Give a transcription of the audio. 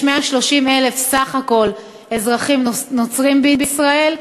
יש בסך הכול 130,000 אזרחים נוצרים בישראל.